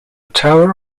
tower